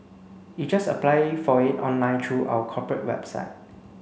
you just apply for it online through our corporate website